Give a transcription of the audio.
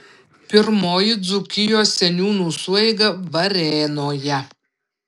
pirmoji dzūkijos seniūnų sueiga varėnoje